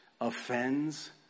offends